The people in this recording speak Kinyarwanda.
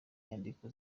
nyandiko